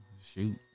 Shoot